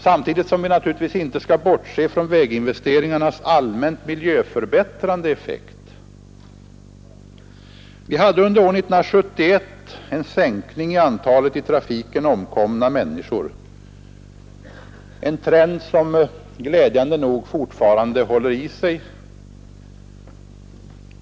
Samtidigt skall vi naturligtvis inte bortse från väginvesteringarnas allmänt miljöförbättrande effekt. Behovet av betydligt utökade medel för att kontinuerligt kunna utföra beläggningsarbeten eller förbättra beläggningen på en stor del av vårt vägnät är ytterligare ett exempel. Fler exempel skulle kunna nämnas, herr talman, men jag nöjer mig med de här. Vi hade under året 1971 en sänkning av antalet i trafiken omkomna människor, en trend som glädjande nog fortfarande håller i sig.